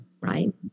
Right